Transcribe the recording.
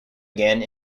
again